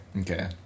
Okay